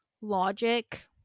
logic